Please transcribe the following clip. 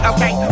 Okay